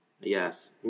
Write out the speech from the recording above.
Yes